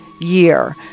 year